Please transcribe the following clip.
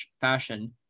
fashion